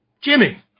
Jimmy